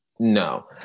No